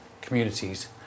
communities